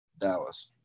Dallas